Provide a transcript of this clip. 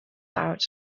out